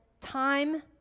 time